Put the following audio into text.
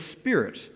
Spirit